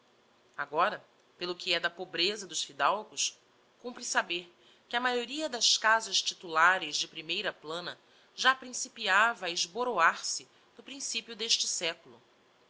agora pelo que é da pobreza dos fidalgos cumpre saber que a maioria das casas titulares de primeira plana já principiava a esboroar se no principio d'este seculo